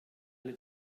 alle